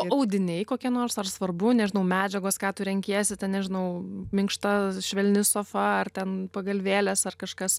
o audiniai kokia nors ar svarbu nežinau medžiagos ką tu renkiesi ten nežinau minkšta švelni sofa ar ten pagalvėlės ar kažkas